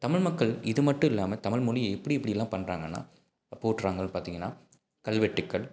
தமிழ் மக்கள் இது மட்டும் இல்லாமல் தமிழ் மொழிய எப்படி இப்படியெல்லாம் பண்ணுறாங்கன்னா போற்றுகிறாங்கள்னு பார்த்தீங்கன்னா கல்வெட்டுக்கள்